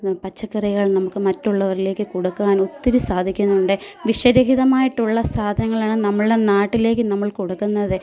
പച്ചക്കറികൾ നമുക്ക് മറ്റുള്ളവരിലേക്ക് കൊടുക്കാനൊത്തിരി സാധിക്കുന്നുണ്ട് വിഷരഹിതമായിട്ടുള്ള സാധനങ്ങളാണ് നമ്മളുടെ നാട്ടിലേക്ക് നമ്മൾ കൊടുക്കുന്നത്